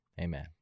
Amen